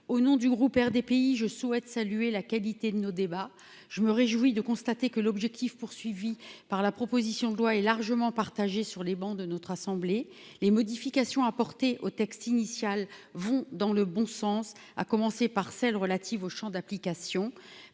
au nom du groupe RDPI je souhaite saluer la qualité de nos débats, je me réjouis de constater que l'objectif poursuivi par la proposition de loi est largement partagée sur les bancs de notre assemblée, les modifications apportées au texte initial, vont dans le bon sens, à commencer par celles relatives au Champ d'application